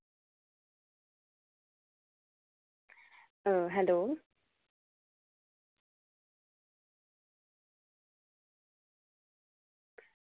hello